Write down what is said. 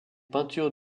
peintures